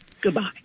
Goodbye